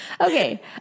Okay